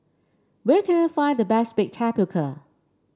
where can I find the best bake tapioca